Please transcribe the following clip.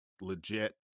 legit